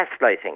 gaslighting